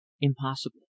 impossible